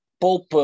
Pope